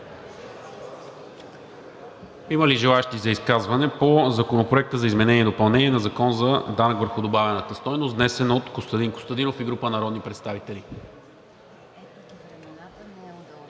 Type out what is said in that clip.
Има ли желаещи за изказване по Законопроекта за изменение и допълнение на Закона за данък върху добавената стойност, внесен от Костадин Костадинов и група народни представители?